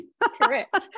Correct